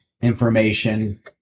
information